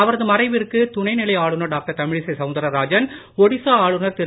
அவரது மறைவிற்கு துணை நிலை ஆளுநர் டாக்டர் தமிழிசை சவுந்தராஜன் ஒடிசா ஆளுநர் திரு